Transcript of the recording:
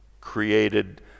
created